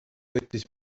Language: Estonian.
võttis